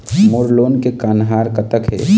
मोर लोन के कन्हार कतक हे?